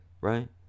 Right